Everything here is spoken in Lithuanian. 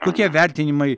kokie vertinimai